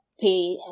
pay